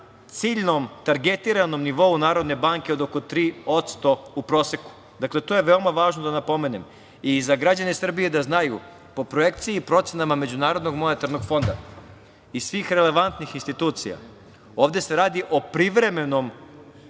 ciljnom, targetiranom nivou Narodne banke, od oko 3% u proseku. Dakle, to je veoma važno da napomenem.Za građane Srbije, da znaju, po projekciji i procenama Međunarodnog monetarnog fonda i svih relevantnih institucija ovde se radi o privremenom